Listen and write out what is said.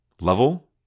level